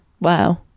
wow